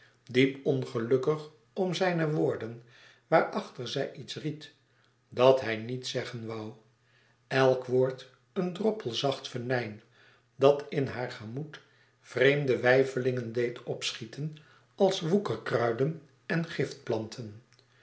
diep ongelukkig om zijne woorden waarachter zij iets ried dat hij niet zeggen woû elk woord een droppel zacht venijn dat in haar gemoed vreemde twijfelingen deed opschieten als woekerkruiden en